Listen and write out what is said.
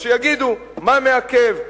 אז שיגידו מה מעכב,